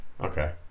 Okay